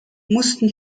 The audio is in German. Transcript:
mussten